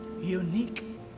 unique